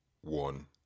one